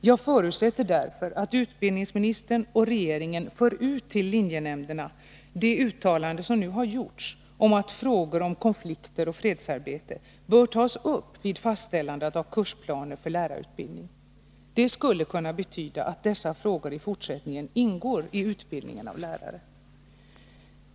Jag förutsätter därför att utbildningsministern och regeringen för ut till linjenämnderna det uttalande som nu har gjorts om att frågor om konflikter och fredsarbete bör tas upp vid fastställandet av kursplanerna för lärarutbildningen. Det skulle kunna betyda att dessa frågor i fortsättningen ingår i utbildningen av lärare.